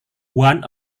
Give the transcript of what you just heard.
one